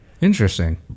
Interesting